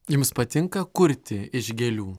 jums patinka kurti iš gėlių